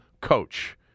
coach